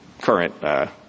current –